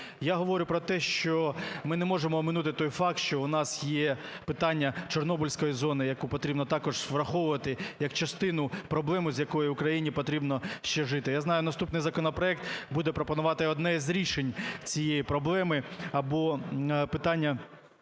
Я говорю про те, що ми не можемо оминути той факт, що у нас є питання чорнобильської зони, яку потрібно також враховувати як частину проблеми, з якою Україні потрібно ще жити. Я знаю, наступний законопроект буде пропонувати одне з рішень цієї проблеми або питання